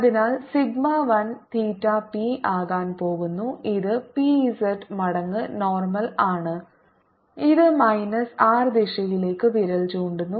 അതിനാൽ sigma 1 theta P ആകാൻ പോകുന്നു ഇത് P z മടങ്ങ് നോർമൽ ആണ് ഇത് മൈനസ് r ദിശയിലേക്ക് വിരൽ ചൂണ്ടുന്നു